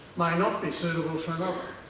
may not be suitable for another.